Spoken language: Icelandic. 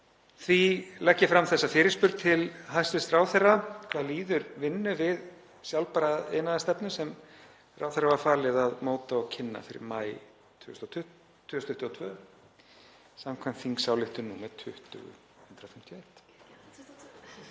Því legg ég fram þessa fyrirspurn til hæstv. ráðherra: Hvað líður vinnu við sjálfbæra iðnaðarstefnu sem ráðherra var falið að móta og kynna fyrir maí 2022 samkvæmt þingsályktun nr. 20/151?